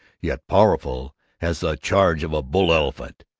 yet powerful as the charge of a bull-elephant.